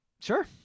Sure